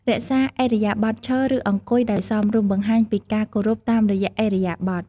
រក្សាឥរិយាបថឈរ ឬអង្គុយដោយសមរម្យបង្ហាញពីការគោរពតាមរយៈឥរិយាបថ។